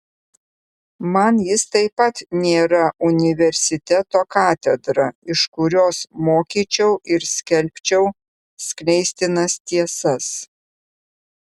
man jis taip pat nėra universiteto katedra iš kurios mokyčiau ir skelbčiau skleistinas tiesas